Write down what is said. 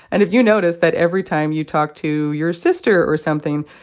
and if you notice that every time you talk to your sister or something,